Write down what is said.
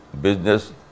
business